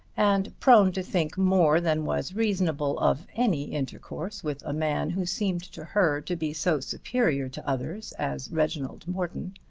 and prone to think more than was reasonable of any intercourse with a man who seemed to her to be so superior to others as reginald morton,